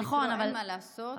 אין מה לעשות.